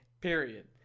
Period